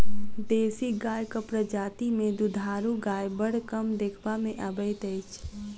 देशी गायक प्रजाति मे दूधारू गाय बड़ कम देखबा मे अबैत अछि